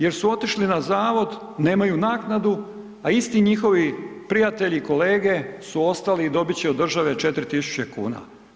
Jer su otišli na zavod, nemaju naknadu, a isti njihovi prijatelji, kolege su ostali i dobit će od države 4.000,00 kn.